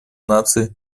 наций